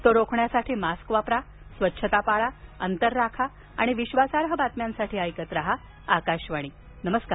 तो रोखण्यासाठी मास्क वापरा स्वच्छता पाळा अंतर राखा आणि विश्वासार्ह बातम्यांसाठी ऐकत रहा आकाशवाणी नमस्कार